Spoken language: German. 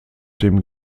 dem